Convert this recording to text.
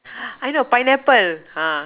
I know pineapple ha